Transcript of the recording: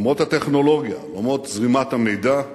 למרות הטכנולוגיה, למרות זרימת המידע,